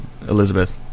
Elizabeth